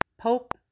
Pope